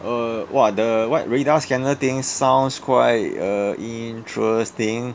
err !wah! the what radar scanner thing sounds quite uh interesting